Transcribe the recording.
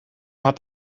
habt